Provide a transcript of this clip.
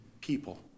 people